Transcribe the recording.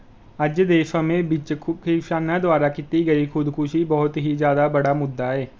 ਅੱਜ ਦੇ ਸਮੇਂ ਵਿੱਚ ਖੁ ਕਿਸਾਨਾਂ ਦੁਆਰਾ ਕੀਤੀ ਗਈ ਖੁਦਕੁਸ਼ੀ ਬਹੁਤ ਹੀ ਜ਼ਿਆਦਾ ਬੜਾ ਮੁੱਦਾ ਹੈ